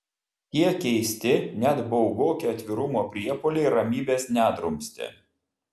tie keisti net baugoki atvirumo priepuoliai ramybės nedrumstė